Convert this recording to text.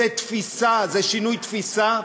זו תפיסה, זה שינוי תפיסה,